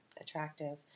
attractive